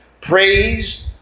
Praise